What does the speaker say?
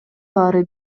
баары